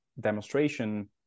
demonstration